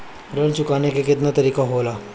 ऋण चुकाने के केतना तरीका होला?